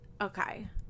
okay